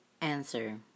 answer